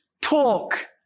talk